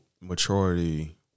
maturity